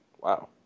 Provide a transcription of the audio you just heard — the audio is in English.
Wow